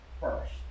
first